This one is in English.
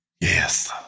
Yes